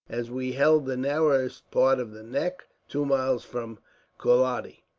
as we held the narrowest part of the neck, two miles from koiladi.